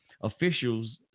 Officials